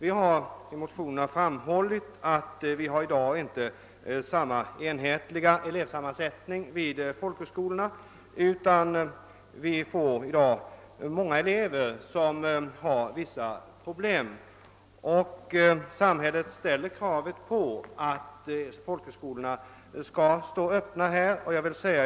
I motionerna har framhållits att: elevsammansättningen vid folkhögskolorna i dag inte är enhetlig; många av eleverna har vissa problem, och samhället ställer kravet att folkhögskolorna skall stå öppna för alla.